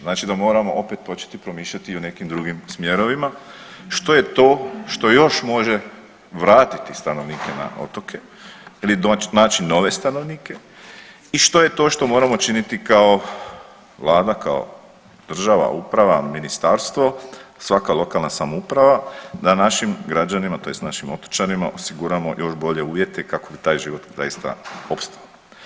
Znači da moramo opet početi promišljati i o nekim drugim smjerovima što je to što još može vratiti stanovnike na otoke ili naći nove stanovnike i što je to što moramo činiti kao Vlada, kao država, uprava, ministarstvo, svaka lokalna samouprava da našim građanima, tj. našim otočanima osiguramo još bolje uvjete kako bi taj živo zaista opstao.